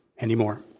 anymore